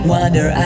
Wonder